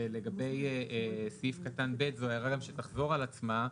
ולגבי סעיף קטן ב' וההערה גם שתחזור על עצמה,